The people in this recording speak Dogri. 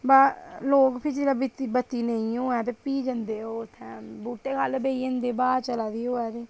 बा लोक बी बत्ती नेईं होऐ प्ही जंदे ओह् उत्थें बूह्टें ख'ल्ल बेही जंदे ब्हा चला दी होऐ ते